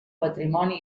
patrimoni